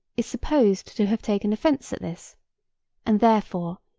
is supposed to have taken offence at this and, therefore,